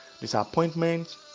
Disappointment